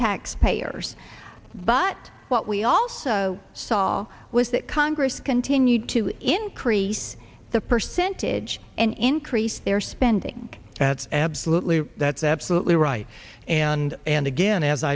taxpayers but what we also saw was that congress continued to increase the percentage and increase their spending that's absolutely that's absolutely right and and again as